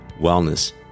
Wellness